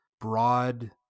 broad